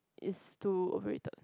is to without